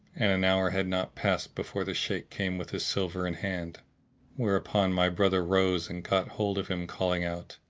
and an hour had not passed before the shaykh came with his silver in hand where upon my brother rose and caught hold of him calling out,